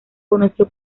conoció